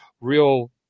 real